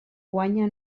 guanya